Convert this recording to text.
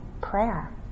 Prayer